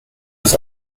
des